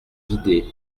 guider